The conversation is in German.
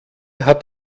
hat